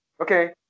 Okay